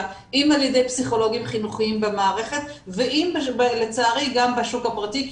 על ידי פסיכולוגים חינוכיים במערכת ואם לצערי גם בשוק הפרטי כי